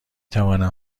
توانم